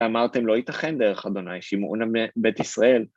ואמרתם, לא ייתכן דרך ה', שמעו לנו בית ישראל.